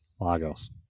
Lagos